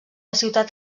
ciutat